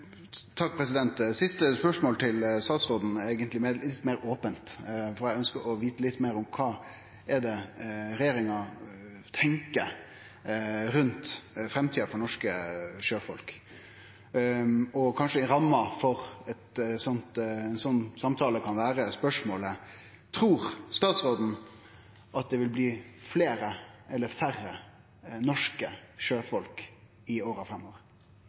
siste spørsmålet til statsråden er eigentleg litt meir ope, for eg ønskjer å vite litt meir om kva regjeringa tenkjer om framtida for norske sjøfolk. Kanskje ramma for ein slik samtale kan vere spørsmålet: Trur statsråden at det vil bli fleire eller færre norske sjøfolk i åra framover?